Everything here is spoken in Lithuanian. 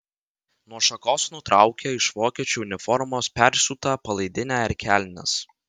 nuo šakos nutraukia iš vokiečių uniformos persiūtą palaidinę ir kelnes